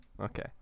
Okay